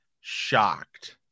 shocked